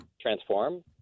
transform